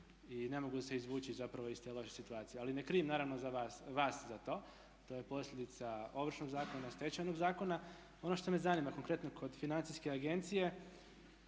i ne mogu se izvući zapravo iz te loše situacije. Ali ne krivim naravno vas za to, to je posljedica Ovršnog zakona, Stečajnog zakona. Ono što me zanima konkretno kod Financijske agencije,